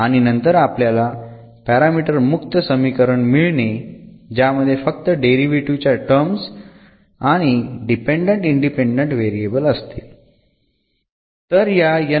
आणि नंतर आपल्याला पॅरामीटर मुक्त समीकरण मिळेल ज्यामध्ये फक्त डेरिव्हेटीव्ह च्या टर्म आणि डिपेंडंट इंडिपेंडंट व्हेरिएबल्स असतील